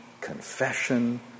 confession